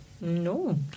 No